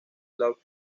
love